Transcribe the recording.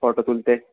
photo তুলতে